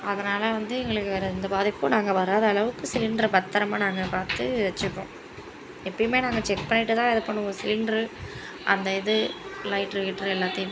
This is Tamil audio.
அதனால் வந்து எங்களுக்கு வேறு எந்த பாதிப்பும் நாங்கள் வராத அளவுக்கு சிலிண்ட்ரை பத்திரமா நாங்கள் பார்த்து வச்சுப்போம் எப்பயுமே நாங்கள் செக் பண்ணிவிட்டுதான் இது பண்ணுவோம் சிலிண்ட்ரு அந்த இது லைட்ரு கிய்ட்ரு எல்லாத்தையும்